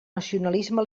nacionalisme